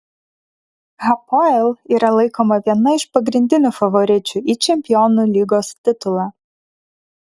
hapoel yra laikoma viena iš pagrindinių favoričių į čempionų lygos titulą